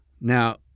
Now